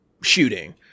shooting